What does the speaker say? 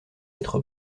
être